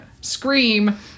scream